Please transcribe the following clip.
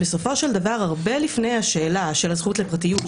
בסופו של דבר הרבה לפני השאלה של הזכות לפרטיות,